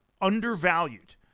undervalued